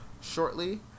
shortly